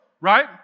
Right